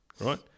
Right